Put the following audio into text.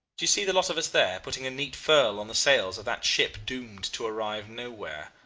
do you see the lot of us there, putting a neat furl on the sails of that ship doomed to arrive nowhere?